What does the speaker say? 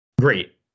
great